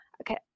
Okay